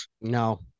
No